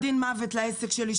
חודשים זה גזר דין מוות לעסק שלי.